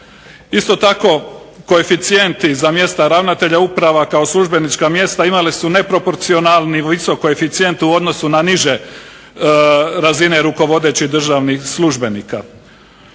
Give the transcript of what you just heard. Isto tako koeficijenti za mjesta ravnatelja uprava kao službenička mjesta imali su neproporcionalni visok koeficijent u odnosu na niže razine rukovodećih državnih službenika.